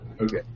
Okay